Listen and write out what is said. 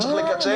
צריך לקצר,